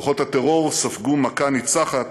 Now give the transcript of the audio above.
כוחות הטרור ספגו מכה ניצחת,